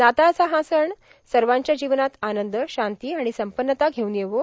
नाताळचा हा सण सवाच्या जीवनात आनंद शांती र्आण संपन्नता घेवून येवो